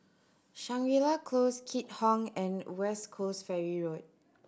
Shangri La Close Keat Hong and West Coast Ferry Road